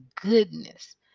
goodness